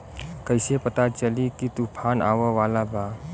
कइसे पता चली की तूफान आवा वाला बा?